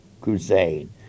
crusade